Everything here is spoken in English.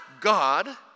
God